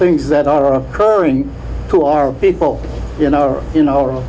things that are occurring to our people you know you know